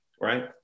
right